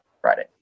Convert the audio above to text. Friday